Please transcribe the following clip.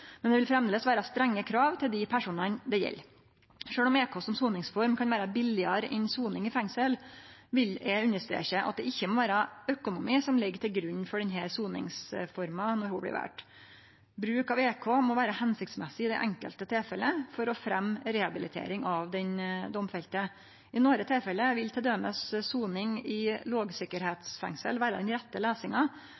framleis vere strenge krav til dei personane det gjeld. Sjølv om EK som soningsform kan vere billigare enn soning i fengsel, vil eg understreke at det ikkje må vere økonomi som ligg til grunn for at denne soningsforma blir valt. Bruk av EK må vere hensiktsmessig i det enkelte tilfellet for å fremje rehabilitering av den domfelte. I nokre tilfelle vil t.d. soning i